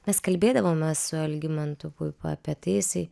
mes kalbėdavome su algimantu puipa apie tai jisai